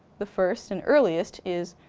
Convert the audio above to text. the first and earliest is,